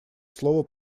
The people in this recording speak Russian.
слово